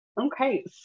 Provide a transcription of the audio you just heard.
Okay